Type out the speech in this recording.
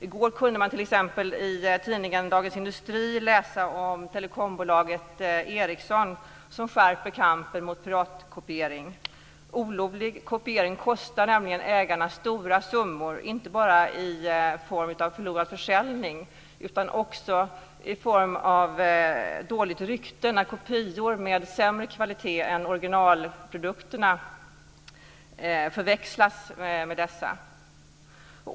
I går kunde man t.ex. i tidningen Dagens Industri läsa om telekombolaget Ericsson, som skärper kampen mot piratkopiering. Olovlig kopiering kostar nämligen ägarna stora summor inte bara i form av förlorad försäljning utan också i form av dåligt rykte som uppstår när kopior med sämre kvalitet än originalprodukterna förväxlas med dessa.